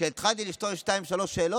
כשהתחלתי לשאול שתיים-שלוש שאלות,